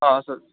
ਹਾਂ ਸਰ